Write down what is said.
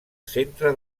centre